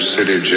City